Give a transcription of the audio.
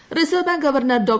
reserve bank governor Dr